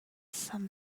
some